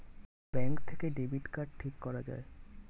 bank থেকে debit card ঠিক করা যায়